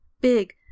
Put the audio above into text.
big